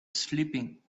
sleeping